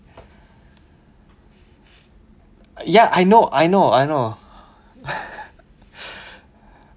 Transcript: ya I know I know I know